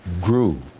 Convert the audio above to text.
grew